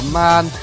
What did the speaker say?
man